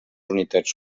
unitats